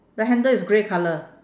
the handle is grey colour